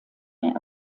mehr